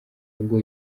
ngo